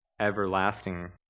everlasting